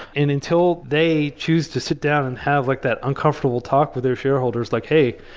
and until they choose to sit down and have like that uncomfortable talk with their shareholders, like hey,